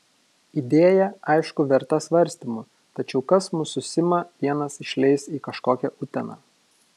idėja aišku verta svarstymų tačiau kas mus su sima vienas išleis į kažkokią uteną